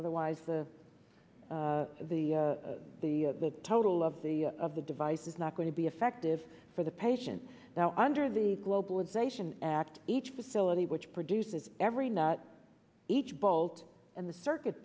otherwise the the the total of the of the device is not going to be effective for the patient now under the globalization act each facility which produces every nut each bolt in the circuit